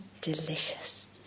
delicious